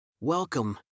Welcome